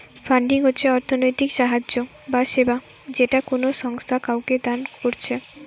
funding হচ্ছে অর্থনৈতিক সাহায্য বা সেবা যেটা কোনো সংস্থা কাওকে দান কোরছে